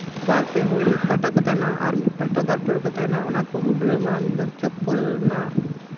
ᱵᱟᱨ ᱯᱮ ᱦᱚᱲ ᱢᱤᱫ ᱯᱟᱦᱴᱟ ᱠᱚ ᱛᱟᱦᱮᱱᱟ ᱟᱨ ᱢᱤᱫ ᱯᱟᱦᱴᱟ ᱵᱟᱨ ᱯᱮ ᱦᱚᱲ ᱠᱚ ᱛᱟᱦᱮᱱᱟ ᱚᱱᱟ ᱠᱚ ᱜᱩᱰᱟᱹᱣᱢᱟ ᱢᱤᱫᱴᱟᱝ ᱪᱚᱯᱯᱚᱞ ᱨᱮᱱᱟᱜ